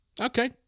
Okay